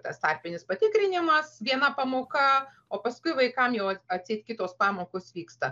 tas tarpinis patikrinimas viena pamoka o paskui vaikam jau atseit kitos pamokos vyksta